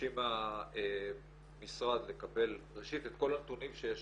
מבקשים מהמשרד לקבל ראשית את כל הנתונים שיש